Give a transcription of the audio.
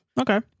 Okay